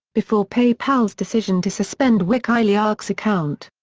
before paypal's decision to suspend wikileaks' account.